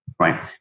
right